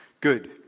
good